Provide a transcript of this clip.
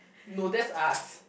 no that's us